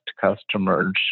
customers